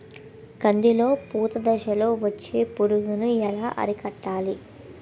కందిలో పూత దశలో వచ్చే పురుగును ఎలా అరికట్టాలి?